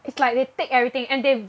it's like they take everything and they